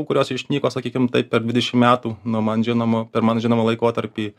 kurios išnyko sakykim taip per dvidešim metų nuo man žinomo per man žinomą laikotarpį